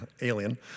alien